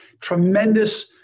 Tremendous